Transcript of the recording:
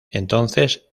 entonces